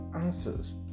answers